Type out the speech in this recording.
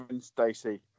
Stacy